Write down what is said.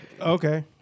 Okay